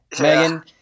Megan